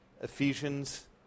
Ephesians